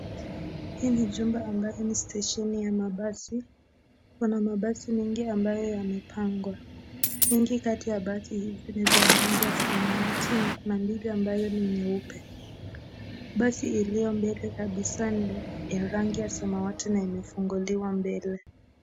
Hii ni chumba ambalo ni stesheni ya mabasi, Kuna mabasi ambayo yamepakwa, wengi katika ya basi Hizi ni za rangi ya samawati na Kuna mbili ambayo ni nyeupe, basi iliyo mbele kabisa ni ya rangi ya samawati na imefunguliwa mbele.